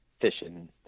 fishing